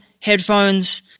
headphones